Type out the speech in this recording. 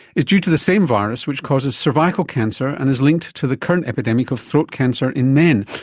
is due to the same virus which causes cervical cancer and is linked to the current epidemic of throat cancer in men,